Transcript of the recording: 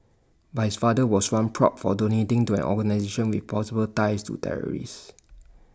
but his father was one pro for donating to an organisation with possible ties to terrorists